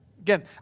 again